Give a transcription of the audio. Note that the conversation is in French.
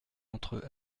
entre